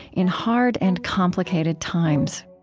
in hard and complicated times